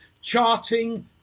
charting